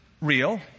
real